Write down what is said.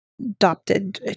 Adopted